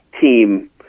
team